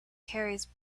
carries